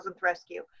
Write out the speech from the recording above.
rescue